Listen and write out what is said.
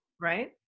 right